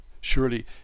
Surely